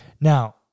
Now